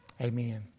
amen